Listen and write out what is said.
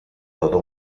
todo